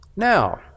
Now